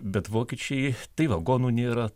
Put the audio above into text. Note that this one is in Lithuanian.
bet vokiečiai tai vagonų nėra